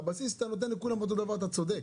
הבסיס, אתה נותן לכולם אותו דבר, אתה צודק,